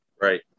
Right